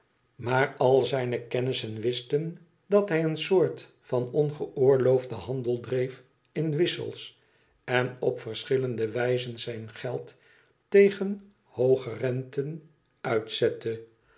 maar id zijne kennissen wisten dat hij een soort van ongeoorloofden handel dreef in wissels en op verschillende wijzen zijn geld tegen hooge renten uitzette